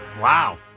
Wow